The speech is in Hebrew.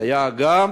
היה גם